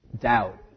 Doubt